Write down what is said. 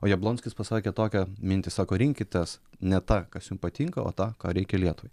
o jablonskis pasakė tokią mintį sako rinkitės ne tą kas jum patinka o tą ką reikia lietuvai